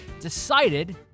decided